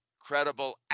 credible